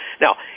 Now